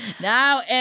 Now